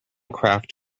craft